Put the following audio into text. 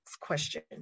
question